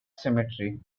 cemetery